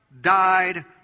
died